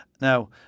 Now